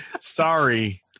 Sorry